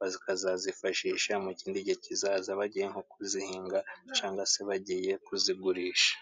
bakazayifashisha mu kindi gihe kizaza, bagiye nko kuyihinga cyangwa se bagiye kuyigurisha.